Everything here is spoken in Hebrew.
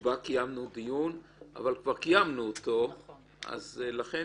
שבה קיימנו דיון אבל כבר קיימנו אותו אז לכן,